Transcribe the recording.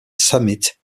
summit